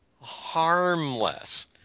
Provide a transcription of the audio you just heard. harmless